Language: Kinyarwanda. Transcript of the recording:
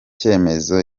cyemezo